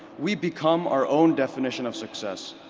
we become our own definition of success.